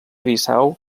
bissau